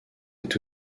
est